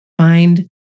find